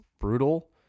brutal